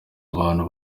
abantu